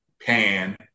Pan